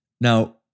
Now